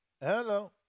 Hello